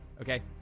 Okay